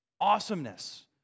awesomeness